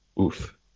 oof